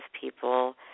people